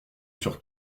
sur